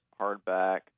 hardback